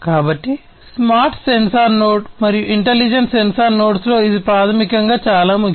కాబట్టి smart sensor node మరియు intelligent sensor నోడ్స్లో ఇది ప్రాథమికంగా చాలా ముఖ్యం